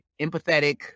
empathetic